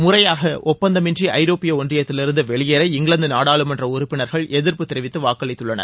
முறையாக ஒப்பந்தமின்றி ஐரோப்பிய ஒன்றியத்திலிருந்து வெளியேற இங்கிலாந்து நாடாளுமன்ற உறுப்பினர்கள் எதிர்ப்பு தெரிவித்து வாக்களித்துள்ளனர்